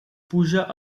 puja